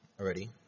already